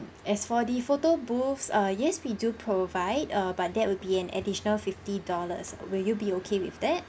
as for the photo booths err yes we do provide err but that will be an additional fifty dollars will you be okay with that